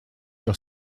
your